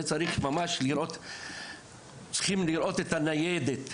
צריכים ממש לראות את הניידת,